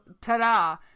ta-da